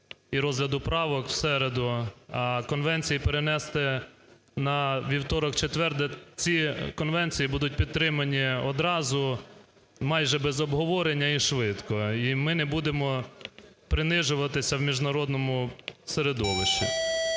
і розгляду правок в середу, а конвенції перенести на вівторок, четвер, де ці конвенції будуть підтримані одразу, майже без обговорення, і швидко. І ми не будемо принижуватися в міжнародному середовищі.